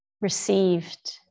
received